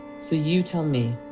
so you tell me,